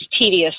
tedious